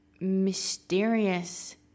mysterious